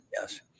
yes